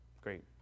great